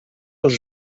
els